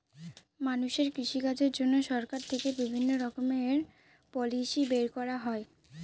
মানুষের কৃষিকাজের জন্য সরকার থেকে বিভিণ্ণ রকমের পলিসি বের করা হয়